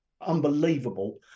unbelievable